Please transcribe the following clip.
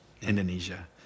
indonesia